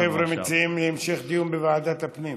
החבר'ה מציעים המשך דיון בוועדת הפנים.